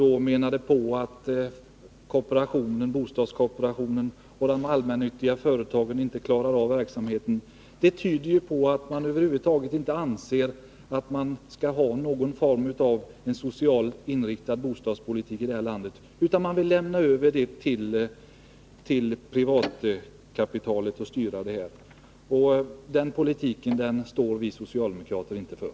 De menar ju att bostadskooperationen och de allmännyttiga bostadsföretagen inte klarar av verksamheten. Det tyder på att man över huvud taget inte anser att vi skall ha någon form av socialt inriktad bostadspolitik här i landet. Man vill lämna över till privatkapitalet att styra bostadsbyggandet. Den politiken står inte vi socialdemokrater för.